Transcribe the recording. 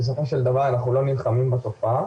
בסופו של דבר אנחנו לא נלחמים בתופעה